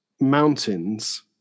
mountains